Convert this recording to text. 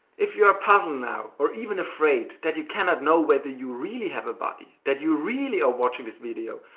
if you are puzzled now, or even afraid that you cannot know whether you really have a body, that you really are watching this video,